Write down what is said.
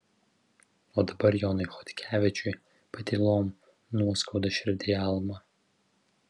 o dabar jonui chodkevičiui patylom nuoskauda širdyje alma